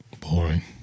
Boring